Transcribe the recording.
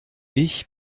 ich